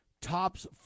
tops